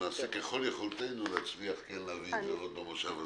נעשה ככל יכולתנו להצליח כן להביא את זה עוד במושב הזה,